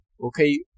okay